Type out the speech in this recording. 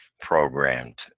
programmed